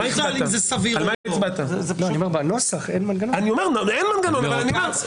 בנוסח אין מנגנון כזה.